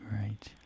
Right